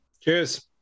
Cheers